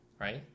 Right